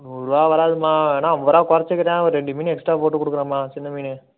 நூறு ரூபா வராதும்மா வேணால் ஐம்பது ரூபா குறைச்சிக்கிறேன் ஒரு ரெண்டு மீன் எக்ஸ்ட்ரா போட்டு கொடுக்கறேம்மா சின்ன மீன்